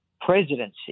presidency